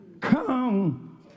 come